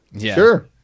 Sure